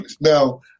Now